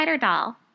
Doll